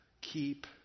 Keep